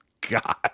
God